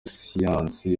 siyansi